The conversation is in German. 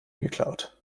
geklaut